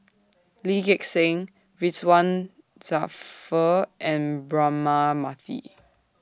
Lee Gek Seng Ridzwan Dzafir and Braema Mathi